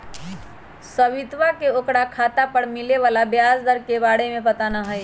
सवितवा के ओकरा खाता पर मिले वाला ब्याज दर के बारे में पता ना हई